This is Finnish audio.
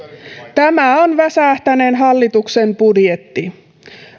tämä on väsähtäneen hallituksen budjetti